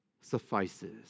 suffices